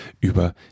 über